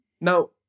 now